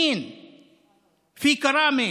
(אומר בערבית: